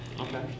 Okay